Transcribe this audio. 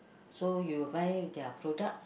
so you buy their product